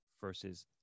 versus